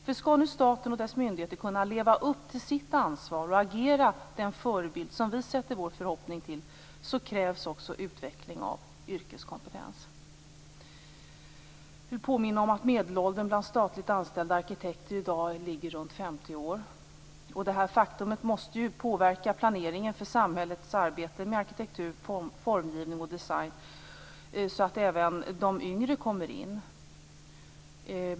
För om nu staten och dess myndigheter skall kunna leva upp till sitt ansvar och agera förebild på det sätt som vi sätter vår förhoppning till, krävs också utveckling av yrkeskompetens. Jag vill påminna om att medelåldern bland statligt anställda arkitekter i dag ligger runt 50 år. Det är ett faktum som måste få påverka planeringen av samhällets arbete med arkitektur, formgivning och design så att även de yngre kommer in.